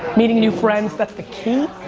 meeting new friends, that's the key.